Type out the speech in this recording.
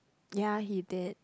ya he dead